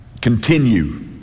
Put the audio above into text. continue